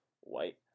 White